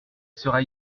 sera